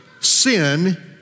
sin